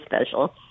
special